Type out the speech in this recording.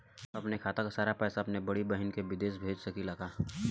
अपने खाते क सारा पैसा अपने बड़ी बहिन के विदेश भेज सकीला का?